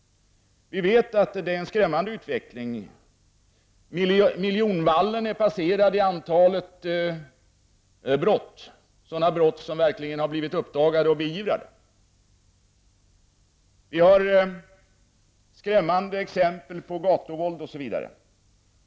Vi vet att utvecklingen är skrämmande. Miljonvallen när det gäller antalet uppdagade och beivrade brott är passerad. Det finns skrämmande exempel på gatuvåld osv.